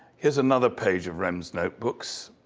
here's another page of rehm's notebooks.